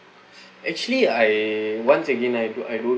actually I once again I do I don't